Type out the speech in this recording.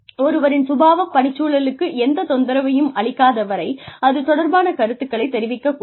ஒருவரின் சுபாவம் பணிச்சூழலுக்கு எந்த தொந்தரவையும் அளிக்காத வரை அது தொடர்பான கருத்துக்களைத் தெரிவிக்க கூடாது